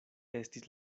estis